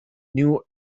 new